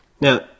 now